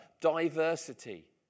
diversity